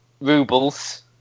rubles